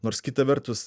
nors kita vertus